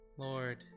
Lord